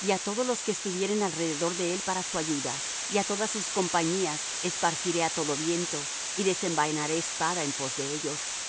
y á todos los que estuvieren alrededor de él para su ayuda y á todas sus compañías esparciré á todo viento y desenvainaré espada en pos de ellos